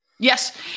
Yes